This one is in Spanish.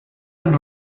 and